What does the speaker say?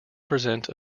present